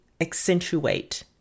accentuate